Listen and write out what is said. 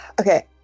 okay